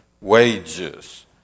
Wages